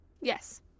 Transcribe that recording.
Yes